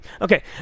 okay